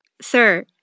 sir